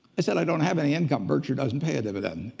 i said i don't have any income. berkshire doesn't pay a dividend.